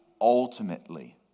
ultimately